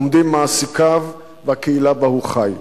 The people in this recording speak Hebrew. עומדים מעסיקיו והקהילה שבה הוא חי.